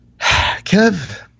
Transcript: Kev